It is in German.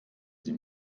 sie